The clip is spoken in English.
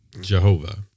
Jehovah